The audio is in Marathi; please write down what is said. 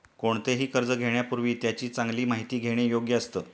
कोणतेही कर्ज घेण्यापूर्वी त्याची चांगली माहिती घेणे योग्य असतं